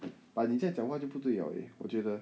but 你这样讲话就不对 liao eh 我觉得